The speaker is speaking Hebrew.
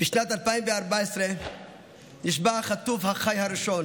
בשנת 2014 נשבה החטוף החי הראשון,